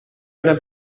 una